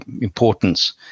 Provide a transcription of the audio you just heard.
importance